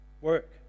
work